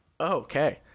Okay